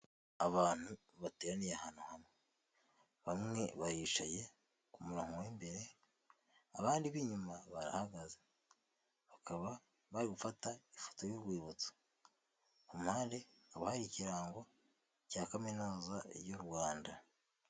Abantu bateraniye ahantu hamwe, bamwe baricaye ku muronko w'imbere abandi b'inyuma barahagaze bakaba bari gufata ifoto y'urwibutso ku mpande hakaba hari ikirango cya kaminuza y'u Rwanda.